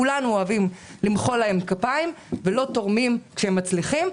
כולנו אוהבים למחוא להם כפיים ולא תורמים כשהם מצליחים,